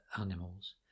animals